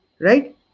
right